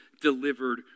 delivered